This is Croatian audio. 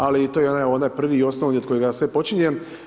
Ali, to je onaj prvi i osnovni od kojeg sve počinje.